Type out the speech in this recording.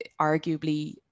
arguably